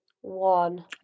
one